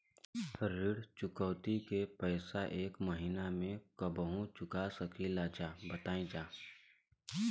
ऋण चुकौती के पैसा एक महिना मे कबहू चुका सकीला जा बताईन जा?